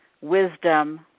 wisdom